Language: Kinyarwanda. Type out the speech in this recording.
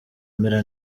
mera